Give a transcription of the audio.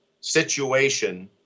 situation